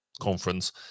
conference